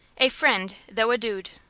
a friend, though a dude.